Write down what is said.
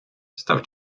став